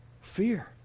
fear